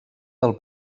del